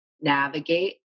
navigate